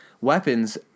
weapons